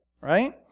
right